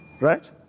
Right